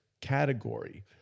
category